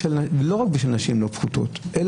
לא רק בגלל שכבודן של נשים לא פחות,